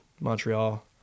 Montreal